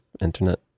internet